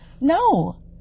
No